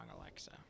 Alexa